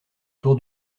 tour